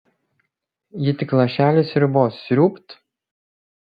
ji tik lašelį sriubos sriūbt